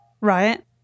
Right